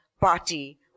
party